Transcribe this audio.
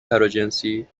تراجنسی